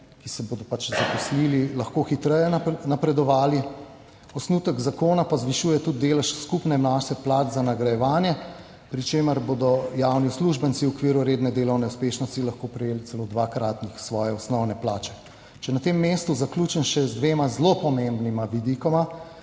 ki se bodo pač zaposlili, lahko hitreje napredovali. Osnutek zakona pa zvišuje tudi delež skupne mase plač za nagrajevanje, pri čemer bodo javni uslužbenci v okviru redne delovne uspešnosti lahko prejeli celo dvakratnik svoje osnovne plače. Če na tem mestu zaključim še z dvema zelo pomembnima vidikoma